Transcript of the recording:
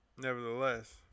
nevertheless